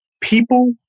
People